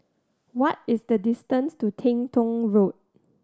what is the distance to Teng Tong Road